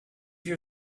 you